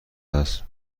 است